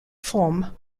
forme